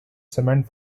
cement